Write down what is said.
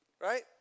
Right